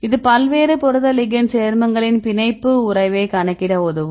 இது பல்வேறு புரத லிகெண்ட் சேர்மங்களின் பிணைப்பு உறவைக் கணக்கிட உதவும்